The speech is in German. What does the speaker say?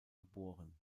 geboren